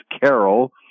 Carol